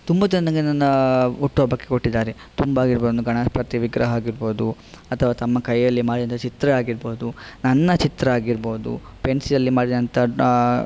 ತುಂಬಾ ಜನ ನನಗೆ ನನ್ನ ಹುಟ್ಟುಹಬ್ಬಕ್ಕೆ ಕೊಟ್ಟಿದ್ದಾರೆ ತುಂಬಾ ಆಗಿರಬೋದು ಒಂದು ಗಣಪತಿಯ ವಿಗ್ರಹ ಆಗಿರಬೋದು ಅಥವಾ ತಮ್ಮ ಕೈಯಲ್ಲಿ ಮಾಡಿದ ಚಿತ್ರ ಆಗಿರಬೋದು ನನ್ನ ಚಿತ್ರ ಆಗಿರಬೋದು ಪೆನ್ಸಿಲಲ್ಲಿ ಮಾಡಿದಂತಹ ಡ